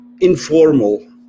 informal